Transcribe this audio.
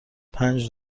پنج